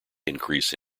increase